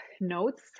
notes